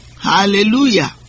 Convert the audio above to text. Hallelujah